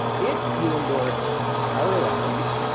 if you endorse harder items,